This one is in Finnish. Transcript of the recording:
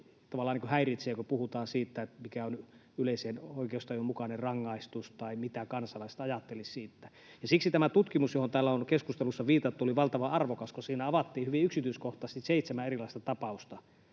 tavallaan häiritsee, kun puhutaan siitä, mikä on yleisen oikeustajun mukainen rangaistus tai mitä kansalaiset ajattelisivat siitä. Siksi tämä tutkimus, johon täällä on keskustelussa viitattu, oli valtavan arvokas, kun siinä avattiin hyvin yksityiskohtaisesti seitsemän erilaista tapausta